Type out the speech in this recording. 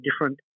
different